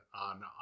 on